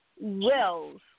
wills